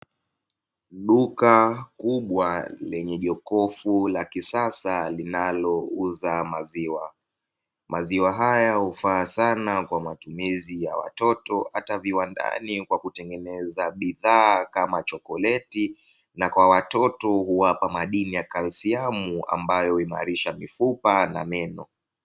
Duka kubwa lenye jokofu la kisasa linalouza maziwa, maziwa haya hufaa sana kwa matumizi ya watoto hata viwandani kwa kutengeneza bidhaa kama chokoleti na kwa watoto huwapa madini ya kalsiamu ambayo huimarisha mifupa na meno.